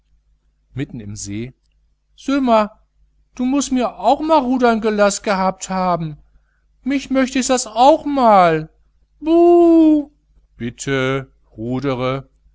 mitten im see söh mal du muß mir auch ma rudern gelaß gehabt haben mich möcht diß auch mal buh bitte rudere